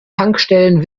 tankstellen